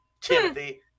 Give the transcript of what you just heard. Timothy